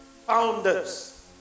Founders